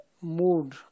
mood